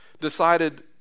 decided